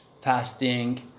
fasting